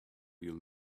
you